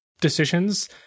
decisions